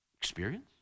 Experience